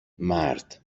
مرد